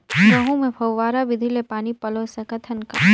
गहूं मे फव्वारा विधि ले पानी पलोय सकत हन का?